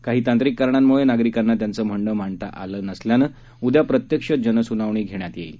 काही तांत्रिक कारणांमुळे नागरिकांना त्यांचं म्हणण मांडता आलं नसल्यानं उद्या प्रत्यक्ष जनस्नावणी घेण्यात येणार आहे